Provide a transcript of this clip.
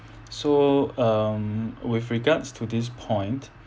so um with regards to this point